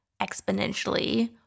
exponentially